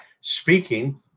speaking